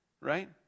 right